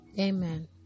Amen